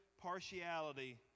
partiality